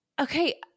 Okay